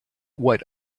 what